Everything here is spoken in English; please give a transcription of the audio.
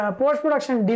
post-production